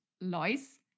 Lois